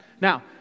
Now